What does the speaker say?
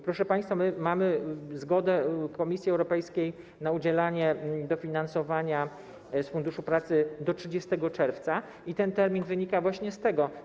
Proszę państwa, mamy zgodę Komisji Europejskiej na udzielanie dofinansowania z Funduszu Pracy do 30 czerwca i podany termin wynika właśnie z tego.